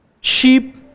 Sheep